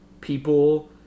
people